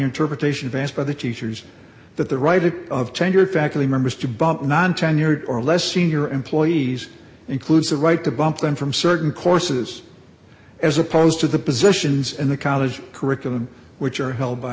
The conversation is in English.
interpretation passed by the teachers that the writing of tenured faculty members to bump non tenured or less senior employees includes the right to bump them from certain courses as opposed to the positions in the college curriculum which are held by